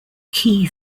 key